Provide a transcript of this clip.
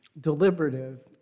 Deliberative